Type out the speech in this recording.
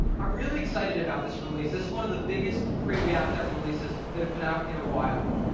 i'm really excited about this release. this is one of the biggest create react app releases that have been out in a while.